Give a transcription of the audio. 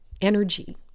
energy